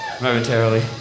momentarily